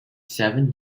seven